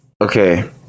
okay